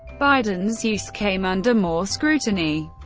biden's use came under more scrutiny,